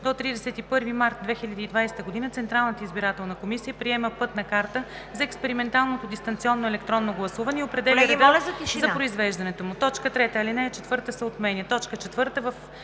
До 31 март 2020 г. Централната избирателна комисия приема пътна карта за експерименталното дистанционно гласуване и определя реда за произвеждането му.“ 3. Алинея 4 се отменя.